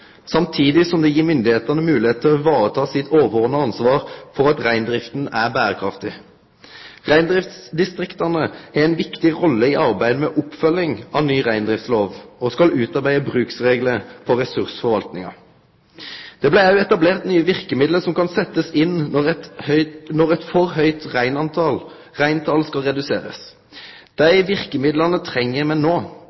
samtidig som det gjev styresmaktene moglegheit til å ta vare på det overordna ansvaret sitt for at reindrifta er berekraftig. Reindriftsdistrikta har ei viktig rolle i arbeidet med oppfølging av ny reindrifslov, og skal utarbeide bruksreglar for ressursforvaltinga. Det blei òg etablert nye verkemiddel som kan setjast inn når eit for høgt reintal skal reduserast. Dei